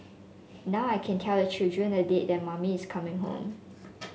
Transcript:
now I can tell the children a date that mummy is coming home